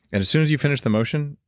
and as soon as you finish the motion,